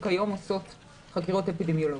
שכיום עושות חקירות אפידמיולוגיות.